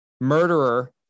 murderer